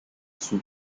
suit